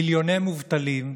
מיליוני מובטלים,